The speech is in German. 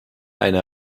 eine